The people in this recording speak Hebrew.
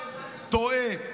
טועה.